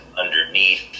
underneath